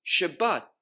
shabbat